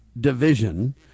Division